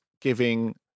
giving